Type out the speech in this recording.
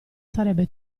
sarebbe